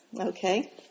Okay